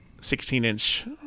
16-inch